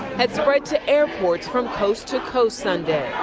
had spread to airports from coast to coast sunday